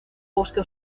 bosque